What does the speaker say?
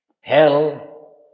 Hell